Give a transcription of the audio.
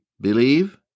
believe